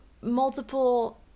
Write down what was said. multiple